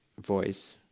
voice